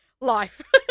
life